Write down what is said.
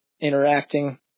interacting